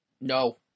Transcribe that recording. No